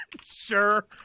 Sure